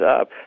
up